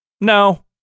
No